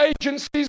agencies